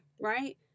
right